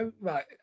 right